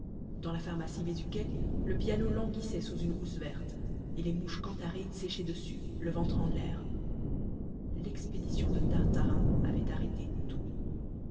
dans la pharmacie bézuquet le piano languissait sous une housse verte et page les mouches cantharides séchaient dessus le ventre en l'air l'expédition de tartarin avait arrêté tout